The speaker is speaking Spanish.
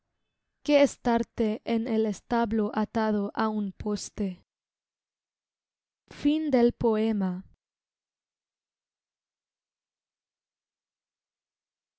estarte en el establo atado á un poste